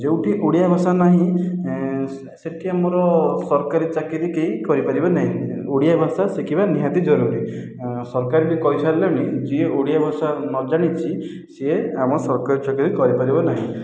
ଯେଉଁଠି ଓଡ଼ିଆ ଭାଷା ନାହଁ ସେଠି ଆମର ସରକାରୀ ଚାକିରି କେହି କରିପାରିବେ ନାହିଁ ଓଡ଼ିଆ ଭାଷା ଶିଖିବା ନିହାତି ଜରୁରୀ ସରକାର ବି କହି ସାରିଲେଣି ଯିଏ ଓଡ଼ିଆ ଭାଷା ନ ଜାଣିଛି ସିଏ ଆମ ସରକାରୀ ଚାକିରି କରିପାରିବ ନାହିଁ